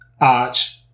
Arch